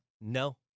No